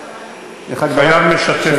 חייב משתף פעולה.